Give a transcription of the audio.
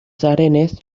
zarenez